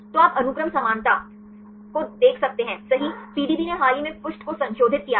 तो आप अनुक्रम समानता देख सकते हैं सही पीडीबी ने हाल ही में पृष्ठ को संशोधित किया है